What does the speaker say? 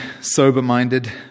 sober-minded